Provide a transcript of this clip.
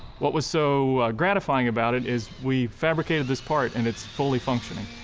what was so gratifying about it is we fabricated this part and it's fully functioning.